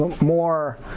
more